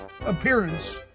appearance